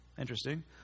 Interesting